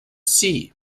sea